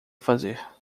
fazer